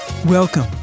Welcome